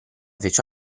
fece